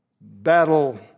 battle